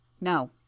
No